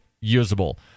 usable